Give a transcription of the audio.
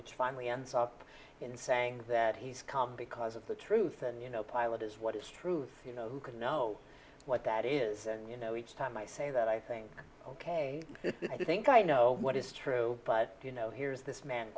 which finally ends up in saying that he's calm because of the truth and you know pilot is what is truth you know who can know what that is you know each time i say that i think ok i think i know what is true but you know here is this man